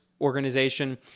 organization